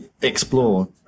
explore